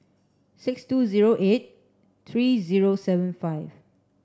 six two zero eight three zero seven five